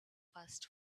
first